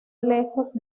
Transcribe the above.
lejos